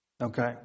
Okay